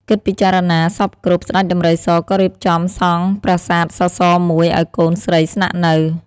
គិតពិចារណាសព្វគ្រប់ ស្តេចដំរីសក៏រៀបចំ សង់ប្រាសាទសសរមួយឱ្យកូនស្រីស្នាក់នៅ ។